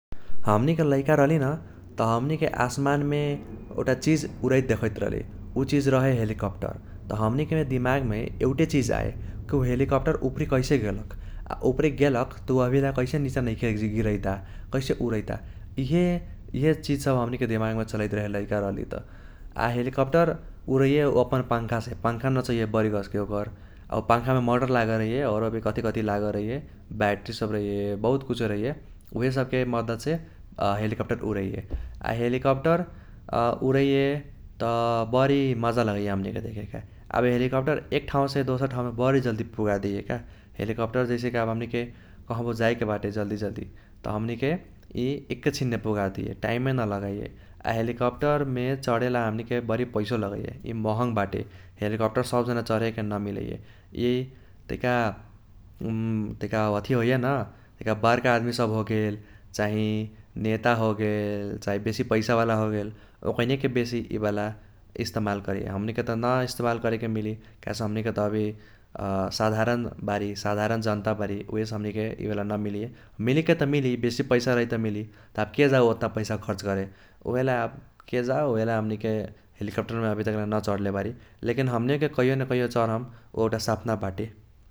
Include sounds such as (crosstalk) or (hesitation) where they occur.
हमनिके लैका रहली न त हमनिके आसमानमे एउटा चीज उरैत देखैत रहली। ऊ चीज रहै हेलिकप्टर। त हमनिके दिमागमे एउटे चीज आए की ऊ हेलिकप्टर उपरे कैसे गेलक, आ उपरि गेलक त उ अभिला कैसे नीचा नैखे (unintelligible) गीरैता, कैसे उरैता। इहे इहे चीज सब हमनिके दिमागमे चलैत रहै लैका रहली त। आ हेलिकप्टर उरैये ओ अपन पंखासे। पंखा नचैये बरी गसके ओकर। आ पंखामे मोटर लागल रहैये और कथी कथी लागल रहैये, बैटरी सब रहैये, बहुत कुछों रहैये। उहे सबके मदतसे (hesitation) हेलिकप्टर उरैये। आ हेलिकप्टर (hesitation) उरैये त बरी मजा लगैये हमनिके देखैके। आब हेलिकप्टर एक ठाउसे दोसर ठाउमे बरी जल्दी पुगादिए का। हेलिकप्टर जैसे की अब हमनिके कहो जाइके बाटै जल्दी जल्दी त हमनिके यी एकेछिनमे पुगादैये टाइमये नलगाइए। आ हेलीकप्टरमे चढेला हमनिके बरी पैसो लगैये, यि महँग बाटे। हेलिकप्टर सबजना चरेके नमिलैये। यी तैका (hesitation) तैका अथि होईये न, तैका बर्का आदमी सब होगेल, चाही नेता होगेल, चाही बेसी पैसावाला होगेल, ओकैनेकी बेसी यी वाला इस्तेमाल करैये। हमनिके त न इस्तेमाल करेके मिली काहेसे हमनिके त अभी (hesitation) साधारण बारी। साधारण जनता बारी उहेसे हमनिके यी वाला नमिलैये। मिलेके त मिली बेसी पैसा रही त मिली त आब के जाओ ओतना पैसा खर्च करे। ऊहेला के जाओ ऊहेला हमनिके हेलिकप्टरमे अभी तक्रा न चढ़ले बारी। लेकिन हमनिओके कैह्यो कैह्यो चरम ऊ एउटा सपना बाटे।